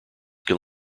can